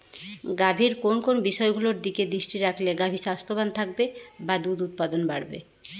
গাভীর কোন কোন বিষয়গুলোর দিকে দৃষ্টি রাখলে গাভী স্বাস্থ্যবান থাকবে বা দুধ উৎপাদন বাড়বে?